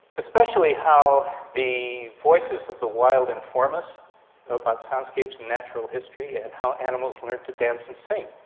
especially how the voices of the wild inform us about soundscapes in natural history and how animals learned to dance and sing,